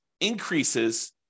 increases